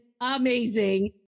amazing